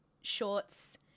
shorts